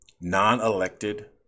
non-elected